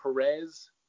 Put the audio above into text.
Perez